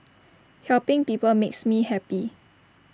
helping people makes me happy